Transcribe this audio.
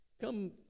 come